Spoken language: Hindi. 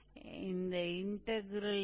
तो यहाँ यह फॉर्मूला है